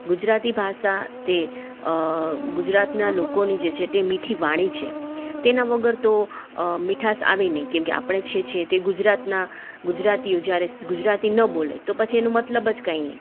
ગુજરાતી ભાષા તે ગુજરાતના લોકોની જે છે તે મીઠી વાણી છે તેના વગર તો મીઠાશ આવે નહીં કે આપણે જે છે તે ગુજરાતના ગુજરાતી ન બોલે તો પછી એનો મતલબ કાંઈ નહીં